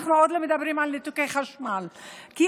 זה